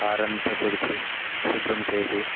car అంతా తుడిచి శుభ్రం చేసి